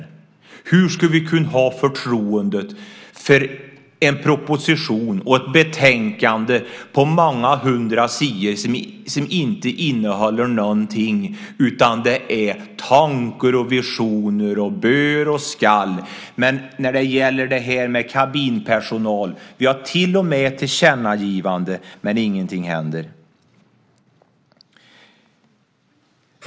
Hur ska vi kunna ha förtroende för en proposition och ett betänkande på många hundra sidor som inte innehåller någonting? Det är tankar och visioner, bör och ska, men när det gäller kabinpersonalen, där vi till och med har ett tillkännagivande, händer ingenting.